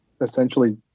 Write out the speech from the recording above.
essentially